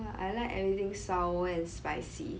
I like anything sour and spicy